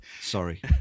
Sorry